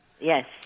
yes